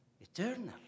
eternal